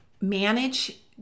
manage